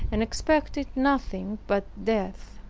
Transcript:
and expected nothing but death.